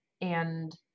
And-